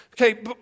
Okay